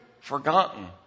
forgotten